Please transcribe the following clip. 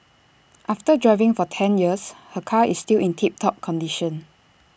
after driving for ten years her car is still in tip top condition